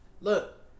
look